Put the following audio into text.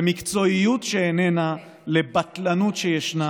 למקצועיות שאיננה, לבטלנות שישנה.